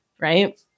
right